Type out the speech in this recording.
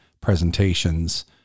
presentations